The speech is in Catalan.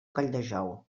colldejou